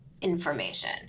information